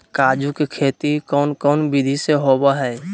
काजू के खेती कौन कौन विधि से होबो हय?